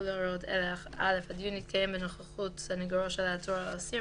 יחולו הוראות אלו: (א)הדיון יתקיים בנוכחות סניגורו של העצור או האסיר,